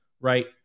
Right